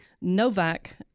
Novak